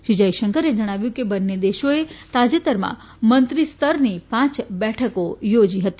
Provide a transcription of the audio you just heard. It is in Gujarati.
શ્રી જયશંકરે જણાવ્યું હતું કે બંને દેશોએ તાજેતરમાં મંત્રી સ્તરની પાંચ બેઠકો યોજી હતી